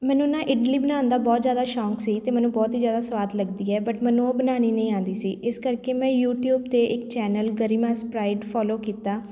ਮੈਨੂੰ ਨਾ ਇਡਲੀ ਬਣਾਉਣ ਦਾ ਬਹੁਤ ਜ਼ਿਆਦਾ ਸ਼ੌਕ ਸੀ ਅਤੇ ਮੈਨੂੰ ਬਹੁਤ ਹੀ ਜ਼ਿਆਦਾ ਸਵਾਦ ਲੱਗਦੀ ਹੈ ਬਟ ਮੈਨੂੰ ਉਹ ਬਣਾਉਣੀ ਨਹੀਂ ਆਉਂਦੀ ਸੀ ਇਸ ਕਰਕੇ ਮੈਂ ਯੂਟਿਊਬ 'ਤੇ ਇੱਕ ਚੈਨਲ ਗਰਿਮਾ ਸਪਰਾਈਡ ਫੋਲੋ ਕੀਤਾ